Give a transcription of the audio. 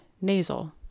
nasal